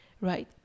right